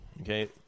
Okay